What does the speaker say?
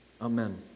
Amen